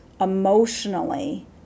emotionally